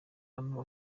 hano